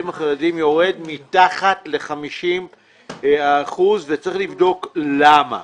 החרדים יורד מתחת ל-50 אחוזים וצריך לבדוק למה.